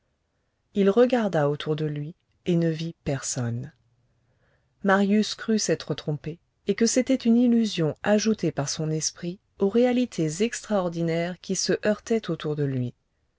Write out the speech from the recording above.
il regarda autour de lui et ne vit personne marius crut s'être trompé et que c'était une illusion ajoutée par son esprit aux réalités extraordinaires qui se heurtaient autour de lui